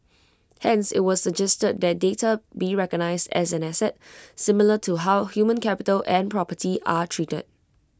hence IT was suggested that data be recognised as an asset similar to how human capital and property are treated